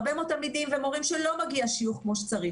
הרבה מאוד תלמידים ומורים שלא מגיע שיוך כמו שצריך